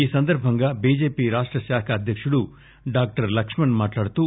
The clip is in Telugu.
ఈ సందర్భంగా బీజేపీ రాష్ట శాఖ అధ్యకుడు డాక్లర్ లక్ష్మణ్ మాట్లాడుతూ